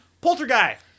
Poltergeist